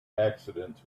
accidents